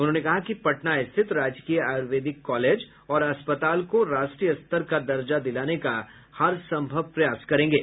उन्होंने कहा कि पटना स्थित राजकीय आयुर्वेदिक कॉलेज और अस्पताल को राष्ट्रीय स्तर का दर्जा दिलाने का हरसंभव प्रयास करेंगे